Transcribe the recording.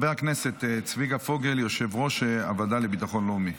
צביקה פוגל, יושב-ראש הוועדה לביטחון לאומי.